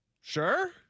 Sure